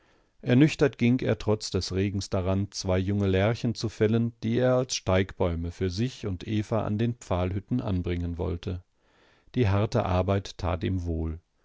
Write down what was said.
ernüchtert ging er trotz des regens daran zwei junge lärchen zu fällen die er als steigbäume für sich und eva an den pfahlhütten anbringen wollte die harte arbeit tat ihm wohl